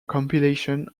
compilation